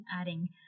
adding